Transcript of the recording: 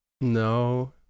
no